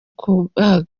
kubaga